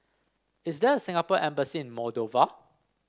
is there a Singapore Embassy Moldova